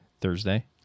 Thursday